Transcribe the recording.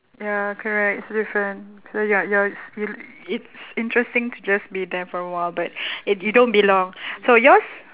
ya correct it's different so ya you're still it's interesting to just be there for a while but it you don't belong so yours